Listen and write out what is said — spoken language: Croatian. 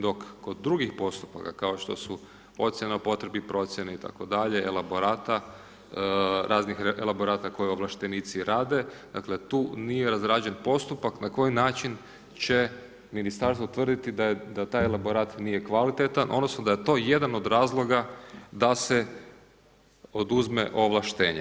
Dok kod drugih postupaka kao što su ocjena potrebe procjene itd., elaborata, raznih elaborata koji ovlaštenici rade, dakle tu nije razrađen postupak na koji način će ministarstvo utvrditi da taj elaborat nije kvalitetan odnosno da je to jedan od razloga da se oduzme ovlaštenje.